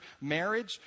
marriage